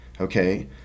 okay